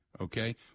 okay